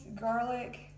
garlic